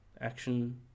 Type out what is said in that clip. action